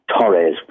Torres